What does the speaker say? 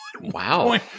wow